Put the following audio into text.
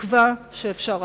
תקווה שאפשר אחרת.